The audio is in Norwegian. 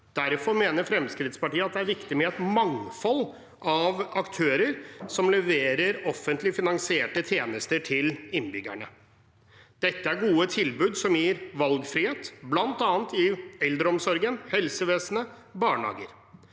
Derfor mener Fremskrittspartiet at det er viktig med et mangfold av aktører som leverer offentlig finansierte tjenester til innbyggerne. Dette er gode tilbud som gir valgfrihet, bl.a. i eldreomsorgen, helsevesenet og barnehagene.